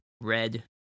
red